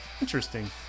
Interesting